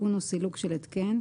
תיקון או סילוק של התקן,